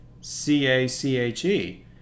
C-A-C-H-E